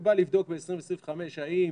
הוא בא לבדוק ב-2025 האם